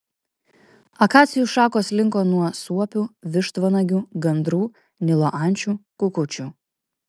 akacijų šakos linko nuo suopių vištvanagių gandrų nilo ančių kukučių